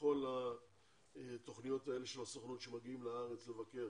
בכל התוכניות האלה של הסוכנות שמגיעים לארץ לבקר